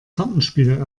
kartenspiel